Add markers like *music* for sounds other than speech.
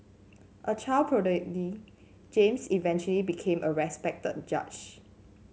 a child *unintelligible* James eventually became a respected judge